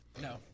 No